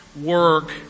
work